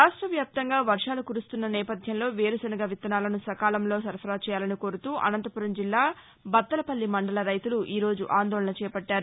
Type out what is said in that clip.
రాష్టవ్యాప్తంగా వర్హాలు కురుస్తున్న నేపథ్యంలో వేరుశనగ విత్తనాలను సకాలంలో సరఫరా చేయాలని కోరుతూ అసంతపురం జిల్లా బత్తలపల్లి మండల రైతులు ఈరోజు ఆందోళన చేపట్లారు